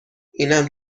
اینم